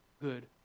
good